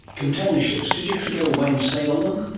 container ships, did you have to go away and sail on them?